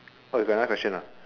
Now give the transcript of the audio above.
oh you got another question ah